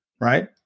right